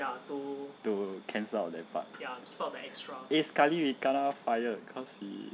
to cancel out that part sekali we kena fired cause we